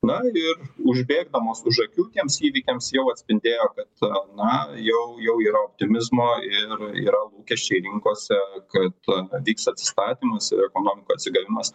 na ir užbėgdamos už akių tiems įvykiams jau atspindėjo kad na jau jau yra optimizmo ir yra lūkesčiai rinkose kad vyks atsistatymas ir ekonomikų atsigavimas